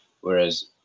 whereas